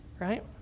right